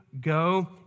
Go